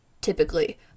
typically